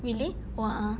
really oh ah